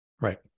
Right